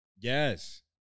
Yes